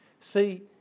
See